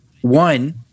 one